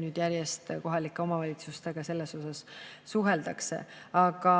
nüüd järjest kohalike omavalitsustega sellel teemal suheldakse. Aga